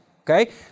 okay